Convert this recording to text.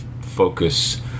focus